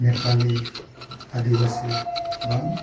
नेपालि आदिबासि गोबां